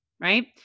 right